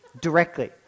Directly